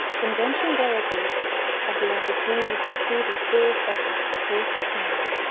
convention delegates had the opportunity to see the school's efforts firsthand.